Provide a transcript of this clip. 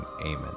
Amen